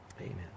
Amen